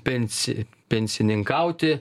pensi pensininkauti